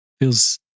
feels